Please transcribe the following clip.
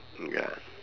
ya